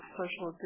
social